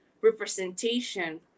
representation